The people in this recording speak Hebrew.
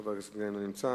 חבר הכנסת גנאים לא נמצא,